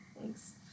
thanks